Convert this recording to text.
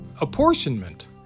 apportionment